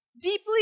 deeply